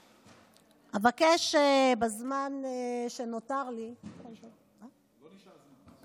אבקש, בזמן שנותר לי לא נשאר זמן.